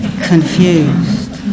Confused